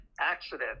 accident